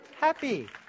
Happy